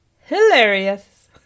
hilarious